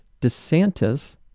DeSantis